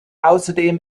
außerdem